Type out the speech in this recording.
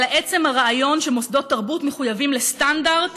אלא עצם הרעיון שמוסדות תרבות מחויבים לסטנדרט